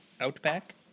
outback